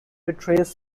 betrays